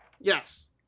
Yes